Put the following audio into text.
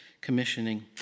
commissioning